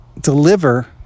deliver